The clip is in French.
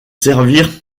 servirent